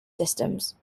systems